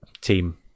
team